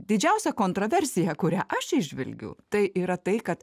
didžiausia kontroversija kurią aš įžvelgiu tai yra tai kad